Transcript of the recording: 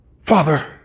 Father